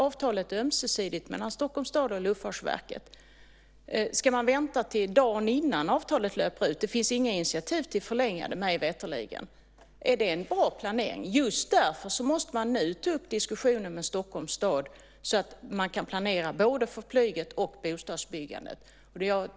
Avtalet är ömsesidigt mellan Stockholms stad och Luftfartsverket. Ska man vänta till dagen innan avtalet löper ut? Det finns mig veterligen inga initiativ till att förlänga det. Är det en bra planering? Just därför måste man nu ta upp diskussioner med Stockholms stad så att man kan planera både för flyget och för bostadsbyggandet.